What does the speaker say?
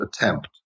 attempt